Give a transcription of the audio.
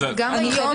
היום,